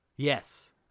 Yes